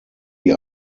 die